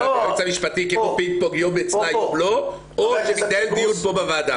היועץ המשפטי או שמתנהל דיון פה בוועדה?